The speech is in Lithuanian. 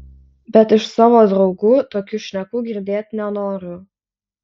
bet iš savo draugų tokių šnekų girdėt nenoriu